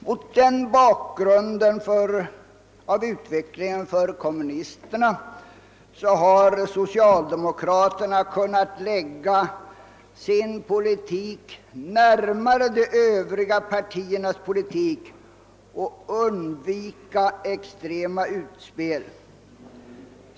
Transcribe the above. Mot bakgrunden av denna utveckling för kommunisterna har socialdemokraterna kunnat lägga sin politik närmare de övriga partiernas politik och undvika extrema utspel.